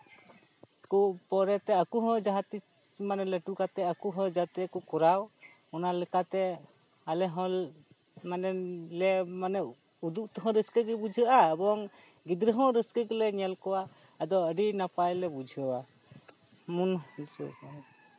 ᱠᱚ ᱯᱚᱨᱮᱛᱮ ᱟᱠᱚ ᱦᱚᱸ ᱡᱟᱦᱟᱸᱛᱤᱥ ᱢᱟᱱᱮ ᱞᱟᱹᱴᱩ ᱠᱟᱛᱮ ᱟᱠᱚ ᱦᱚᱸ ᱡᱟᱛᱮ ᱠᱚ ᱠᱚᱨᱟᱣ ᱚᱱᱟᱞᱮᱠᱟᱛᱮ ᱟᱞᱮ ᱦᱚᱸ ᱢᱟᱱᱮ ᱞᱮ ᱩᱫᱩᱜ ᱦᱚᱸ ᱨᱟᱹᱥᱠᱟᱹ ᱜᱮ ᱵᱩᱡᱷᱟᱹᱜᱼᱟ ᱮᱵᱚᱝ ᱜᱤᱫᱽᱨᱟᱹ ᱦᱚᱸ ᱨᱟᱹᱥᱠᱟᱹ ᱜᱮᱞᱮ ᱧᱮᱞ ᱠᱚᱣᱟ ᱟᱫᱚ ᱟᱹᱰᱤ ᱱᱟᱯᱟᱭ ᱞᱮ ᱵᱩᱡᱷᱟᱹᱣᱟ ᱢᱚᱱ